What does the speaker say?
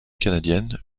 canadienne